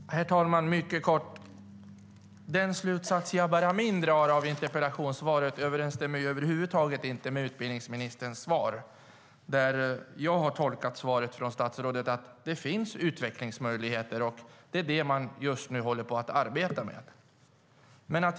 Herr talman! Jag ska fatta mig mycket kort. Den slutsats som Jabar Amin drar av interpellationssvaret överensstämmer över huvud taget inte med utbildningsministerns svar. Jag har tolkat svaret från statsrådet som att det finns utvecklingsmöjligheter och att det är det man just nu håller på att arbeta med. Herr talman!